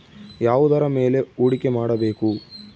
ಯಾವುದರ ಮೇಲೆ ಹೂಡಿಕೆ ಮಾಡಬೇಕು?